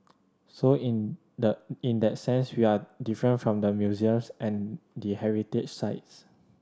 so in the in that sense we are different from the museums and the heritage sites